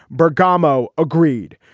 bergamo agreed.